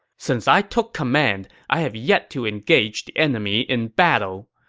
since i took command, i have yet to engage the enemy in battle.